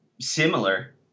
similar